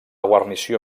guarnició